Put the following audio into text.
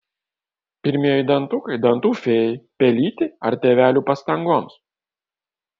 pirmieji dantukai dantų fėjai pelytei ar tėvelių pastangoms